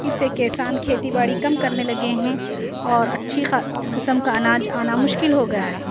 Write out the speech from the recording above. اس سے کسان کھیتی باڑی کم کرنے لگے ہیں اور اچھی خا قسم کا اناج آنا مشکل ہو گیا ہے